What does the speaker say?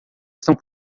estão